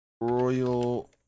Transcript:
Royal